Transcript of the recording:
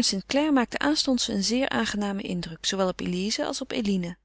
st clare maakte aanstonds een zeer aangenamen indruk zoowel op elize als op eline